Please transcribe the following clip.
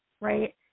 right